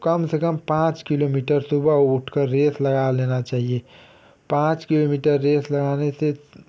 कम से कम पाँच किलोमीटर सुबह उठ कर रेस लगा लेना चाहिए पाँच किलोमीटर रेस लगाने से